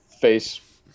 face